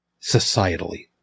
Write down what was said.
societally